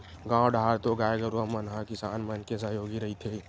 गाँव डाहर तो गाय गरुवा मन ह किसान मन के सहयोगी रहिथे